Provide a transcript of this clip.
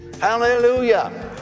Hallelujah